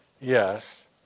Yes